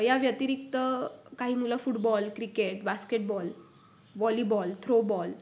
या व्यतिरिक्त काही मुलं football cricket basketball volleyball throwball